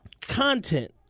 content